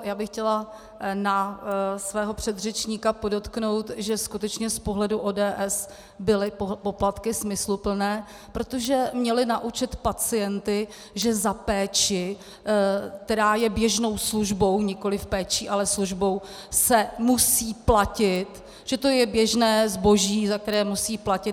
Já bych chtěla na svého předřečníka podotknout, že skutečně z pohledu ODS byly poplatky smysluplné, protože měly naučit pacienty, že za péči, která je běžnou službou, nikoliv péčí, ale službou, se musí platit, že to je běžné zboží, za které musí platit.